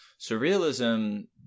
Surrealism